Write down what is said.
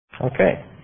Okay